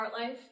Heartlife